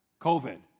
COVID